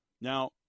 Now